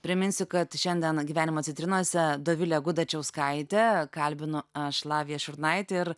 priminsiu kad šiandien gyvenimo citrinose dovilė gudačiauskaitė kalbinu aš lavija šurnaitė ir